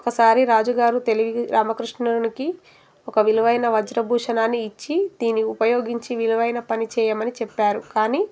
ఒకసారి రాజుగారు తెలివి రామకృష్ణునికి ఒక విలువైన వజ్రభూషణాన్ని ఇచ్చి దీని ఉపయోగించి విలువైన పని చేయమని చెప్పారు కానీ